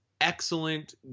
excellent